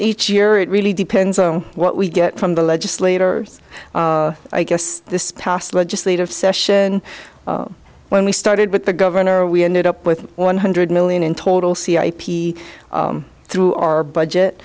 each year it really depends on what we get from the legislators i guess this past legislative session when we started with the governor we ended up with one hundred million in total c i p through our budget